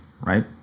right